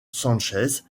sánchez